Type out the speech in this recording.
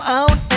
out